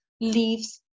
leaves